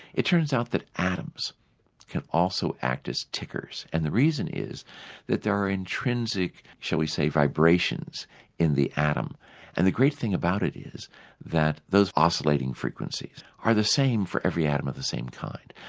it turns out that atoms can also act as tickers, and the reason is that there are intrinsic, shall we say, vibrations in the atom and the great thing about it is that those oscillating frequencies are the same for every atom of the same kind.